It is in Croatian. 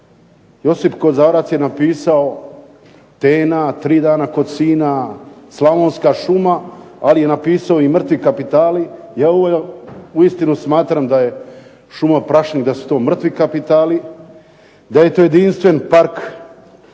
Josip Kozarac je napisao "Tena", "Tri dana kod sina", "Slavonska šuma", ali je napisao i "Mrtvi kapitali". Ja uistinu smatram da je šuma Prašnik da su to mrtvi kapitali, da je to jedinstven park ovakve vrste